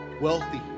wealthy